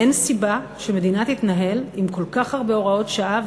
אין סיבה שמדינה תתנהל עם כל כך הרבה הוראות שעה.